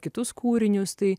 kitus kūrinius tai